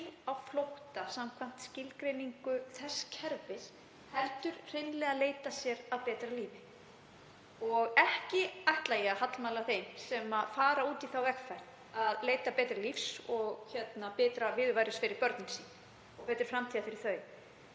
ekki á flótta samkvæmt skilgreiningu þess kerfis heldur er hreinlega að leita sér að betra lífi. Ekki ætla ég að hallmæla þeim sem fara út í þá vegferð að leita betra lífs og betra viðurværis fyrir börn sín og betri framtíðar fyrir þau.